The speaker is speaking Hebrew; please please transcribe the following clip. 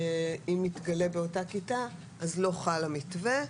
שאם יתגלה באותה כיתה אז לא יחול המתווה.